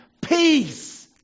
Peace